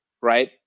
Right